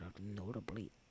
notably